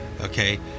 okay